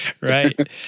Right